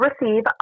receive